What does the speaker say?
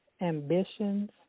ambitions